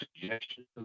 suggestions